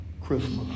Christmas